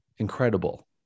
incredible